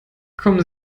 kommen